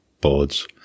boards